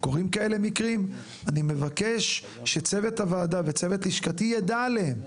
קורים כאלה מקרים ,אני מבקש צוות הוועדה וצוות לשכתי ידע עליהם,